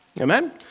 Amen